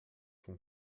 von